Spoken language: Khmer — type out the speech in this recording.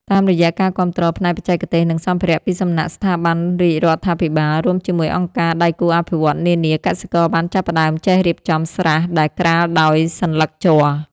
តាមរយៈការគាំទ្រផ្នែកបច្ចេកទេស និងសម្ភារៈពីសំណាក់ស្ថាប័នរាជរដ្ឋាភិបាល រួមជាមួយអង្គការដៃគូអភិវឌ្ឍន៍នានា កសិករបានចាប់ផ្ដើមចេះរៀបចំស្រះដែលក្រាលដោយសន្លឹកជ័រ។